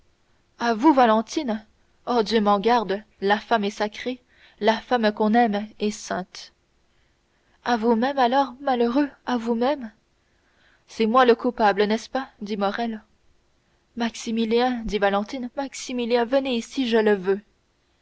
à vous valentine oh dieu m'en garde la femme est sacrée la femme qu'on aime est sainte à vous-même alors malheureux à vous-même c'est moi le coupable n'est-ce pas dit morrel maximilien dit valentine maximilien venez ici je le veux